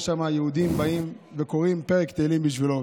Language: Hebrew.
שם יהודים באים וקוראים פרק תהילים בשבילו,